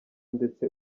ndetse